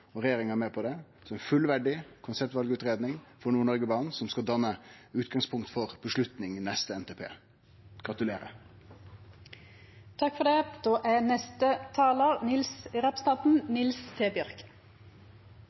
og fekk regjeringa med på det, ei fullverdig konseptvalutgreiing for Nord-Noreg-banen som skal danne utgangspunkt for vedtak i neste NTP. Gratulerer! Det er flott å høyra at Høgre er